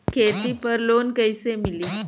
खेती पर लोन कईसे मिली?